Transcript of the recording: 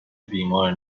بیمار